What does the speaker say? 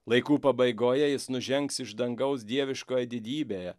laikų pabaigoje jis nužengs iš dangaus dieviškoje didybėje